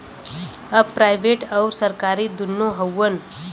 अब प्राइवेट अउर सरकारी दुन्नो हउवन